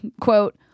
Quote